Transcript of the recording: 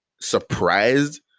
surprised